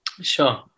Sure